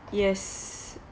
yes